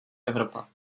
evropa